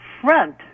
front